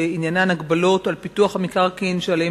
שעניינן הגבלות על פיתוח המקרקעין שעליהם